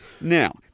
Now